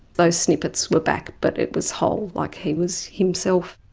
those snippets were back, but it was whole. like he was himself.